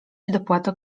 dopłatę